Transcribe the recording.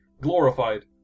Glorified